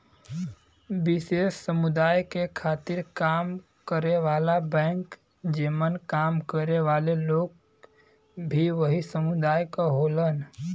विशेष समुदाय के खातिर काम करे वाला बैंक जेमन काम करे वाले लोग भी वही समुदाय क होलन